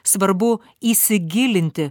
svarbu įsigilinti